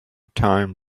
time